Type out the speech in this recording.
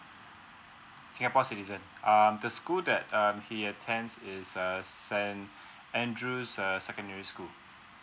singapore citizen um the school that um he attends is err san andrews uh secondary school